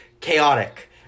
chaotic